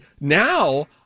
now